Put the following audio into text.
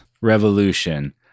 Revolution